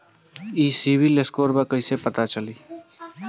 ई civil score का बा कइसे पता चली?